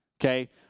Okay